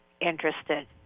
interested